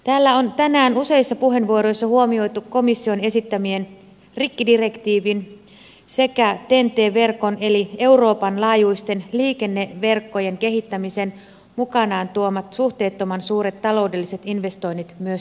täällä on tänään useissa puheenvuoroissa huomioitu komission esittämien rikkidirektiivin sekä ten t verkon eli euroopan laajuisten liikenneverkkojen kehittämisen mukanaan tuomat suhteettoman suuret taloudelliset investoinnit myös suomelle